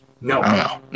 No